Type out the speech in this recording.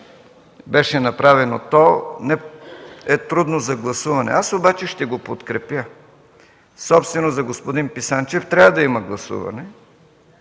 беше направено, е трудно за гласуване. Аз обаче ще го подкрепя. Собствено, за господин Писанчев трябва да има гласуване,